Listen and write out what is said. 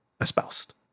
espoused